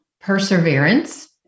perseverance